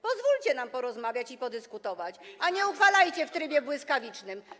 Pozwólcie nam porozmawiać i podyskutować, a nie uchwalajcie w trybie błyskawicznym.